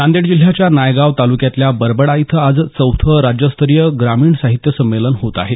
नांदेड जिल्ह्याच्या नायगाव तालुक्यातल्या बरबडा इथं आज चौथं राज्यस्तरीय ग्रामीण साहित्य संमेलन होत आहे